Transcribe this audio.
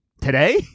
Today